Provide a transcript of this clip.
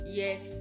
yes